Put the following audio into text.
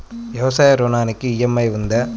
వ్యవసాయ ఋణానికి ఈ.ఎం.ఐ ఉందా?